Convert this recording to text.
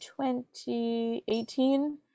2018